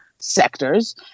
Sectors